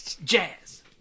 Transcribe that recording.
Jazz